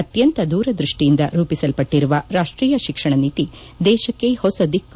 ಆತ್ಯಂತ ದೂರದ್ಯಸ್ನಿಯಿಂದ ರೂಪಿಸಲ್ಪಟ್ಟರುವ ರಾಷ್ಟೀಯ ಶಿಕ್ಷಣ ನೀತಿ ದೇಶಕ್ಕೆ ಹೊಸದಿಕ್ಕು